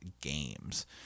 games